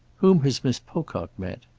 whom has miss pocock met?